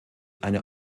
eine